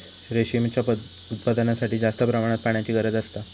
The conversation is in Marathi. रेशीमच्या उत्पादनासाठी जास्त प्रमाणात पाण्याची गरज असता